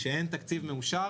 כשאין תקציב מאושר,